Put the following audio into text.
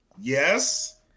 yes